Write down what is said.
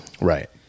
Right